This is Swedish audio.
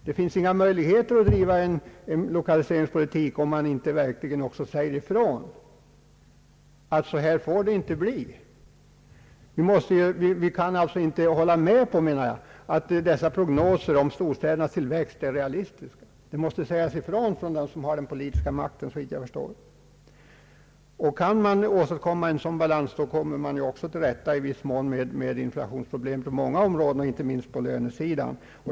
Det finns inga möjligheter att driva en lokaliseringspolitik om man inte säger ifrån att prognoserna om storstädernas tillväxt inte är realistiska. Det måste, såvitt jag förstår, sägas ifrån av dem som har den politiska makten. Kan man åstadkomma en sådan balans, kommer man också i viss mån till rätta med inflationsproblemet på många områden, inte minst på lönesidan.